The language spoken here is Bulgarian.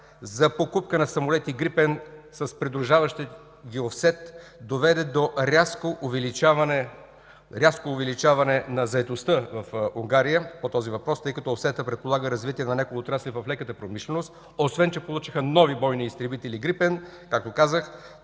за покупка на самолети „Грипен” с придружаващия ги офсет, доведе до рязко увеличаване на заетостта в Унгария по този въпрос, тъй като офсетът предполага развитие на някои отрасли в леката промишленост. Освен че получиха нови бойни изтребители „Грипен”, както казах,